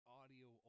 audio